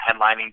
headlining